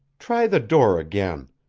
try the door again.